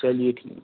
چلیے ٹھیک